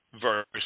verse